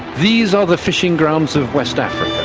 these are the fishing grounds of west africa.